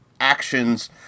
actions